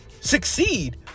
succeed